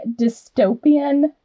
dystopian